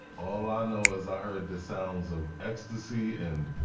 all i know is i heard the sounds of ecstasy and